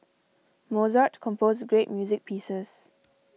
Mozart composed great music pieces